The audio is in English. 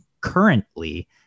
currently